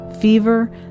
fever